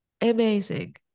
Amazing